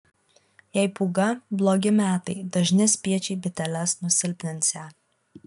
jei pūga blogi metai dažni spiečiai biteles nusilpninsią